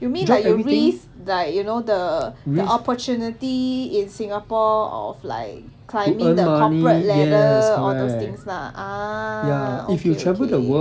you mean like you risk like you know the the opportunity in singapore of like climbing the corporate ladder all those things lah ah okay okay